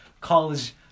college